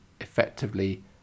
effectively